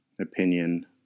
opinion